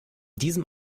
diesem